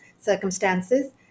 circumstances